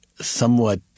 somewhat